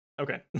Okay